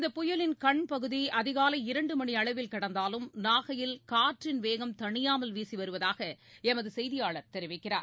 இந்த புயலின் கண் பகுதிஅதிகாலை இரண்டுமணிஅளவில் கடந்தாலும் நாகையில் காற்றின் வேகம் தணியாமல் வீசிவருவதாகஎமதுசெய்தியாளர் தெரிவிக்கிறார்